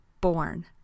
born